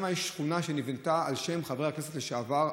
יש שכונה שנבנתה על שם חבר הכנסת לשעבר,